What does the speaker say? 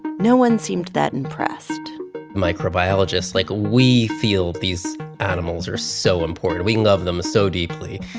no one seemed that impressed microbiologists, like, we feel these animals are so important. we love them so deeply,